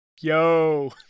yo